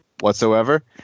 whatsoever